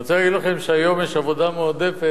אני רוצה להגיד לכם שהיום עבודה מועדפת,